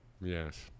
Yes